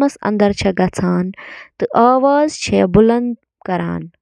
Wheel تہٕ tyre تہٕ باقی۔